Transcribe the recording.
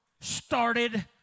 started